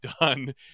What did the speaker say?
done